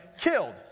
killed